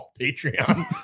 Patreon